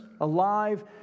alive